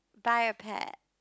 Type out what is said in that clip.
buy a pet